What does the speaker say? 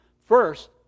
First